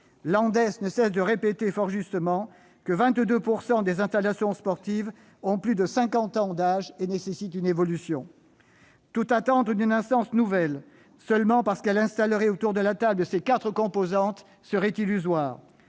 l'ANDES ne cesse de répéter, fort justement, que 22 % des installations sportives ont plus de cinquante ans d'âge et nécessitent une rénovation. Tout attendre d'une instance nouvelle, seulement parce qu'elle installerait autour de la table ces quatre composantes, serait illusoire.